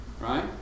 right